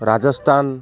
Rajasthan